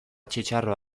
txitxarro